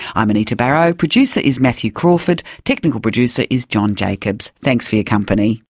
i'm anita barraud, producer is matthew crawford technical producer is john jacobs. thanks for your company